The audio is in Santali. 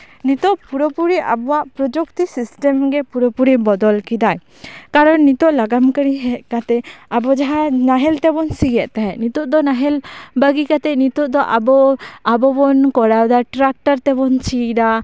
ᱱᱤᱛᱚᱜ ᱯᱩᱨᱟᱹ ᱯᱩᱨᱤ ᱟᱵᱚᱣᱟᱜ ᱯᱨᱚᱡᱩᱠᱛᱤ ᱥᱤᱥᱴᱮᱢ ᱜᱮ ᱯᱩᱨᱟᱹ ᱯᱩᱨᱤ ᱵᱚᱫᱚᱞ ᱠᱮᱫᱟᱭ ᱠᱟᱨᱚᱱ ᱱᱤᱛᱚᱜ ᱞᱟᱜᱟᱱ ᱠᱟᱨᱤ ᱦᱮᱡ ᱠᱟᱛᱮᱜ ᱟᱵᱚ ᱡᱟᱦᱟᱸᱭ ᱱᱟᱦᱮᱞ ᱛᱮᱵᱚᱱ ᱥᱤᱭᱮᱜ ᱛᱟᱦᱮᱸᱜ ᱱᱤᱛᱚᱜ ᱫᱚ ᱱᱟᱦᱮᱞ ᱵᱟᱹᱜᱤ ᱠᱟᱛᱮᱜ ᱱᱤᱛᱚᱜ ᱫᱚ ᱟᱵᱚ ᱟᱵᱚᱵᱚᱱ ᱠᱚᱨᱟᱣ ᱫᱟ ᱴᱨᱟᱠᱴᱚᱨ ᱛᱮᱵᱚᱱ ᱥᱤᱭᱮᱫᱟ